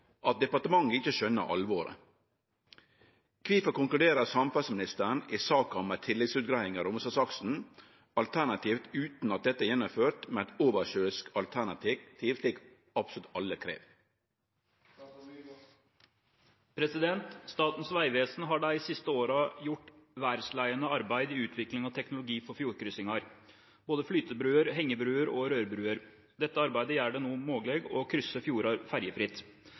at «departementet ikkje skjønar alvoret». Kvifor konkluderer samferdselsministeren i saka om ei tilleggsutgreiing av Romsdalsaksen-alternativet utan at dette er gjennomført med eit oversjøisk alternativ slik alle krev?» Statens vegvesen har de siste årene gjort verdensledende arbeid i utviklingen av teknologi for fjordkryssinger – både flytebroer, hengebroer og rørbroer. Dette arbeidet gjør det nå mulig å krysse